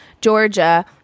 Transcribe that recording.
georgia